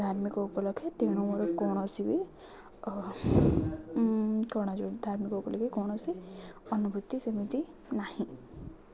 ଧାର୍ମିକ ଉପଲକ୍ଷେ ତେଣୁ କୌଣସି ବି କ'ଣ ଧାର୍ମିକ ଉପଲକ୍ଷେ କୌଣସି ଅନୁଭୂତି ସେମିତି ନାହିଁ